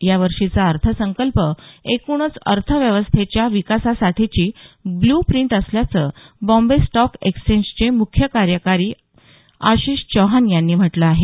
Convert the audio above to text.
या वर्षीचा अर्थसंकल्प हा एकूणच अर्थव्यवस्थेच्या विकासासाठीची ब्लू प्रिंट असल्याचं बॉम्बे स्टॉक एक्चेंजचे मुख्य कार्यकारी आशिष चौहान यांनी म्हटलं आहे